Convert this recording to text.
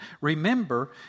Remember